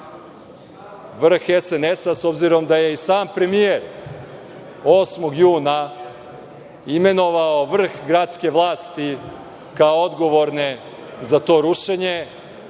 vrh SNS-a, s obzirom da je i sam premijer 8. juna imenovao vrh gradske vlasti kao odgovorne za to rušenje.